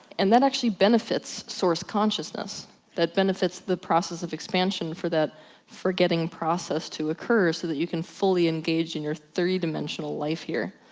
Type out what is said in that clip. and that actually benefits source consciousness that benefits the process of expansion. for that forgetting process to occur so that you can fully engage in your three dimensional life here.